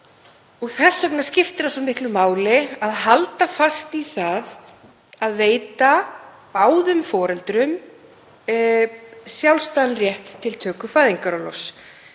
Þess vegna skiptir svo miklu máli að halda fast í það að veita báðum foreldrum sjálfstæðan rétt til töku fæðingarorlofs.